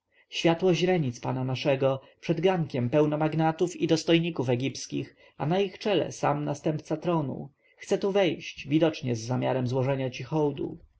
światło źrenic pana naszego przed gankiem pełno magnatów i dostojników egipskich a na ich czele sam następca tronu chce tu wejść widocznie z zamiarem złożenia ci hołdu